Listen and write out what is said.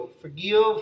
Forgive